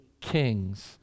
kings